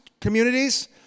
communities